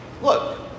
look